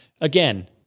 again